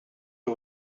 who